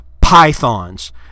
pythons